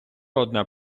одна